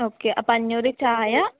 okay അപ്പോള് അഞ്ഞൂറ് ചായ